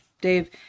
Dave